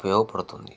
ఉపయోగపడుతుంది